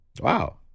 Wow